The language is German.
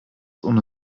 ohne